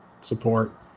Support